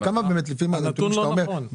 הנתון לא נכון.